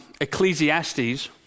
Ecclesiastes